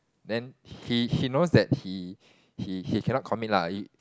then he he knows that he he he cannot commit lah he